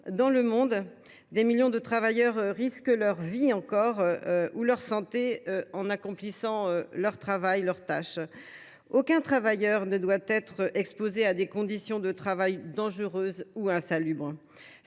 dans le monde, des millions de travailleurs continuent de risquer leur vie ou leur santé en accomplissant leur tâche. Aucun travailleur ne doit être exposé à des conditions de travail dangereuses ou insalubres.